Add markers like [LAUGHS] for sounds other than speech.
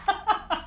[LAUGHS]